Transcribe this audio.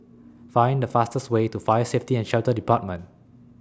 Find The fastest Way to Fire Safety and Shelter department